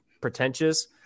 pretentious